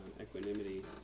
equanimity